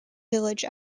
village